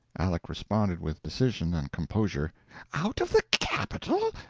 aleck responded with decision and composure out of the capital?